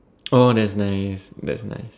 oh that's nice that's nice